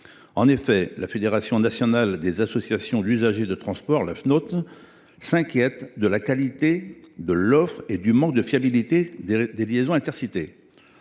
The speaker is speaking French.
Lille. La Fédération nationale des associations d’usagers des transports (Fnaut) s’inquiète de la qualité de l’offre et du manque de fiabilité des liaisons Intercités.